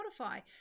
Spotify